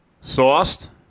Sauced